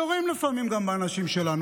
יורים לפעמים גם באנשים שלנו.